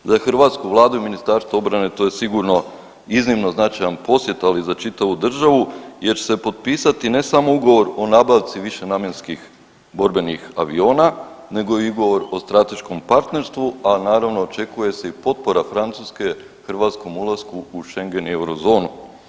Za hrvatsku vladu i Ministarstvo obrane to je sigurno iznimno značajan posjet ali i za čitavu državu jer će se potpisati ne samo ugovor o nabavci višenamjenskih borbenih aviona nego i ugovor o strateškom partnerstvu, a naravno očekuje i potpora Francuske hrvatskom ulasku u Schengen i eurozonu.